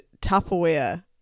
tupperware